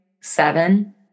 seven